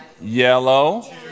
Yellow